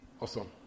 Awesome